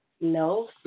No